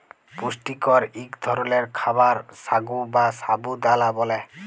পুষ্টিকর ইক ধরলের খাবার সাগু বা সাবু দালা ব্যালে